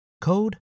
code